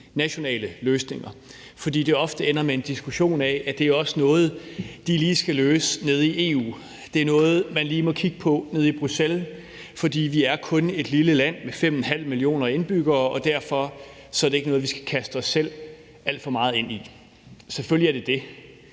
nationale løsninger, fordi det ofte ender med at være en diskussion af, at det også er noget, de lige skal løse nede i EU, at det er noget, man lige må kigge på nede i Bruxelles, fordi vi kun er et lille land med 5½ millioner indbyggere, og det derfor ikke er noget, vi skal kaste os selv alt for meget ind i. Selvfølgelig er det det.